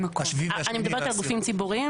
אני מדברת על גופים ציבוריים,